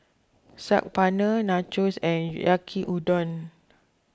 Saag Paneer Nachos and Yaki Udon